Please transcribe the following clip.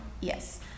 Yes